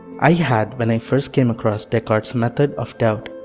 i had when i first came across descartes' method of doubt.